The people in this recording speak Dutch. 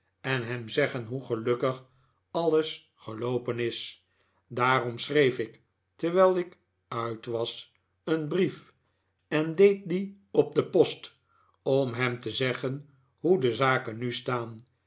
en hem zeggen hoe gelukkig alles geloopen is daarom schreef ik terwijl ik uit was een brief en deed dien op de post om hem te zeggen hoe de zaken nu staan